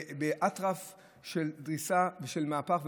באטרף של דריסה ושל מהפך,